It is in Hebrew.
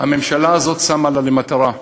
הממשלה הזאת שמה לה למטרה אידיאולוגית,